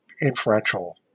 inferential